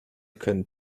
könnten